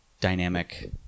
dynamic